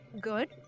good